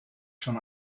schon